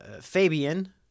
Fabian